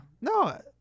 no